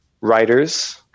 writers